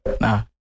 Nah